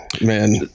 man